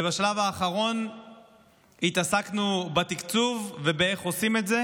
ובשלב האחרון התעסקנו בתקציב ובאיך עושים את זה.